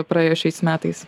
praėjo šiais metais